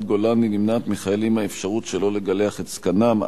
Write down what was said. גולני נמנעת מחיילים האפשרות שלא לגלח את זקנם,